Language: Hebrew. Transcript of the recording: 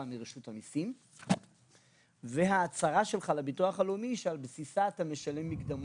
מרשות המיסים וההצהרה שלך לביטוח הלאומי שעל בסיסה אתה משלם מקדמות.